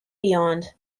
beyond